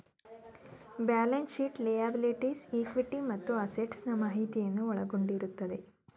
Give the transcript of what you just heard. balance sheet liabilities, equity ಮತ್ತು assets ನಾ ಮಾಹಿತಿಯನ್ನು ಒಳಗೊಂಡಿರುತ್ತದೆ